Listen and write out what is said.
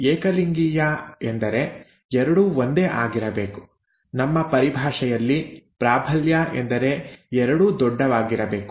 ʼಏಕಲಿಂಗೀಯʼ ಎಂದರೆ ಎರಡೂ ಒಂದೇ ಆಗಿರಬೇಕು ನಮ್ಮ ಪರಿಭಾಷೆಯಲ್ಲಿ ಪ್ರಾಬಲ್ಯ ಎಂದರೆ ಎರಡೂ ದೊಡ್ಡವಾಗಿರಬೇಕು